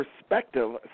perspective